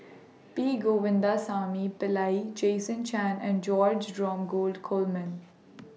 P Govindasamy Pillai Jason Chan and George Dromgold Coleman